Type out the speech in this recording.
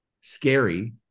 scary